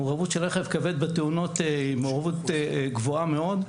מעורבות של רכב כבד בתאונות היא מעורבות גבוהה מאוד,